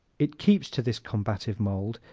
it keeps to this combative mold,